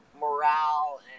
morale